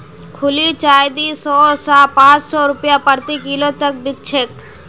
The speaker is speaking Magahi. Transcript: खुली चाय दी सौ स पाँच सौ रूपया प्रति किलो तक बिक छेक